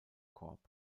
corp